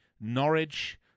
Norwich